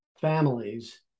families